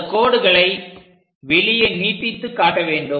அந்தக் கோடுகளை வெளியே நீட்டித்து காட்ட வேண்டும்